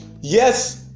Yes